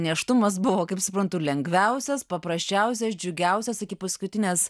nėštumas buvo kaip suprantu lengviausias paprasčiausias džiugiausias iki paskutinės